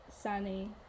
sunny